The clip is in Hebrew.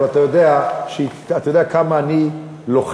אבל אתה יודע כמה אני לוחם,